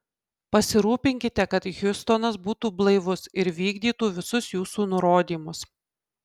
pasirūpinkite kad hiustonas būtų blaivus ir vykdytų visus jūsų nurodymus